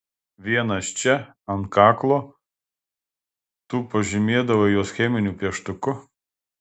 vienas čia ant kaklo tu pažymėdavai juos cheminiu pieštuku